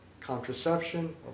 contraception